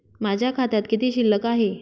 माझ्या खात्यात किती शिल्लक आहे?